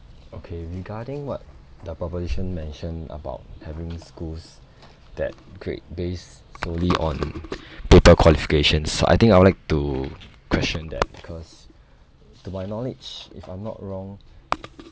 okay regarding what the proposition mention about having schools that grade based solely on paper qualification so I think I would like to question that because to my knowledge if I'm not wrong